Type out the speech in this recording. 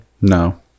No